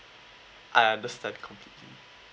I understand completely